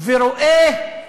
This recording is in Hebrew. ורואה את